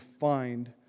find